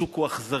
השוק הוא אכזרי,